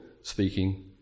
speaking